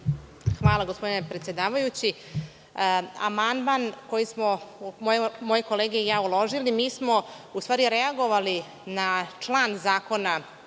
Hvala gospodine predsedavajući. Amandman koji smo moje kolege i ja uložili, mi smo u stvari reagovali na član Predloga